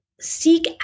seek